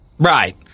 Right